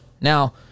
now